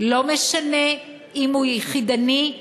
לא משנה אם הוא יחידני,